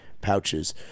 pouches